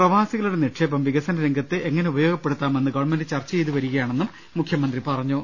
പ്രവാസികളുടെ നിക്ഷേപം വികസന രംഗത്ത് എങ്ങനെ ഉപയോഗപ്പെടുത്താമെന്ന് ഗവൺമെന്റ് ചർച്ച ചെയ്തുവരിക യാണെന്നും മുഖ്യമന്ത്രി പറഞ്ഞു